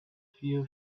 few